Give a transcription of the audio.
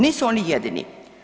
Nisu oni jedini.